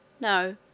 No